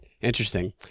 interesting